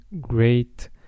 great